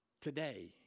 today